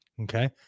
okay